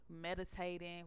meditating